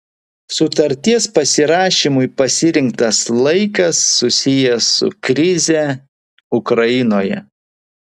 sutarties pasirašymui pasirinktas laikas susijęs su krize ukrainoje